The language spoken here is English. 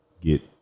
get